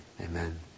Amen